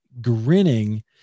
grinning